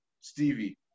Stevie